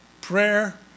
prayer